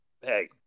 hey